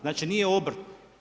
Znači nije obrt.